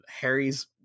harry's